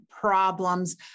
problems